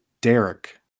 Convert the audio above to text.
Derek